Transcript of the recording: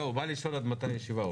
לא, הוא בא לשאול עד מתי הישיבה.